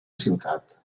ciutat